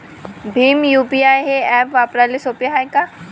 Bhim UPI हे app वापराले सोपे हाय का?